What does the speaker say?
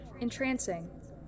Entrancing